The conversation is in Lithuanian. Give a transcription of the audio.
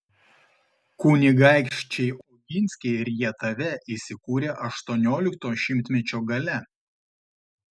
kunigaikščiai oginskiai rietave įsikūrė aštuoniolikto šimtmečio gale